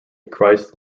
christ